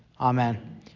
Amen